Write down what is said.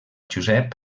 josep